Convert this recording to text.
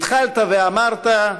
התחלת ואמרת: